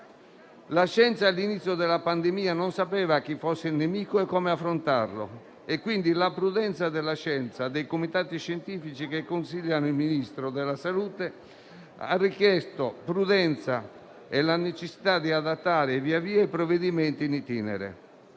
La scienza all'inizio della pandemia non sapeva chi fosse il nemico né come affrontarlo, per cui la prudenza sua e dei comitati scientifici che consigliano il Ministro della salute ha richiesto la necessità di adattare via via i provvedimenti *in* *itinere*.